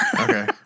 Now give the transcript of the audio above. Okay